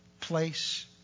place